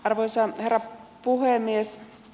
arvoisa herra puhemies